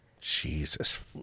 Jesus